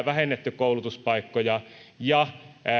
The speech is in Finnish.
vähennetty koulutuspaikkoja